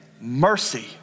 mercy